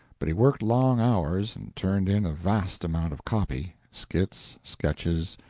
but he worked long hours and turned in a vast amount of copy skits, sketches,